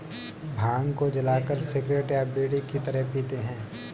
भांग को जलाकर सिगरेट या बीड़ी की तरह पीते हैं